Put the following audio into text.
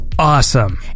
Awesome